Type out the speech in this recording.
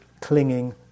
clinging